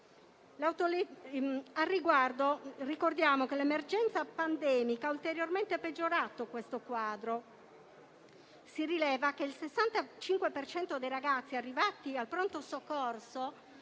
ricordiamo che l'emergenza pandemica ha ulteriormente peggiorato questo quadro: si rileva che il 65 per cento dei ragazzi arrivati al pronto soccorso